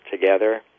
together